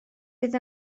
bydd